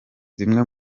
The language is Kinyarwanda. zimwe